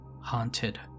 haunted